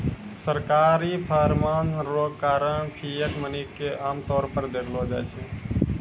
सरकारी फरमान रो कारण फिएट मनी के आमतौर पर देखलो जाय छै